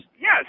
Yes